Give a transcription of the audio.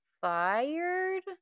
fired